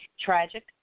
tragic